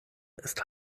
ist